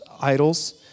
idols